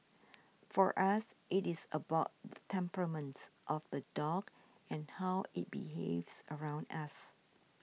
for us it is about temperaments of the dog and how it behaves around us